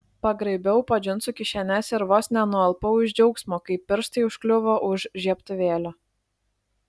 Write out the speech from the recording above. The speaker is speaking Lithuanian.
pagraibiau po džinsų kišenes ir vos nenualpau iš džiaugsmo kai pirštai užkliuvo už žiebtuvėlio